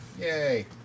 Yay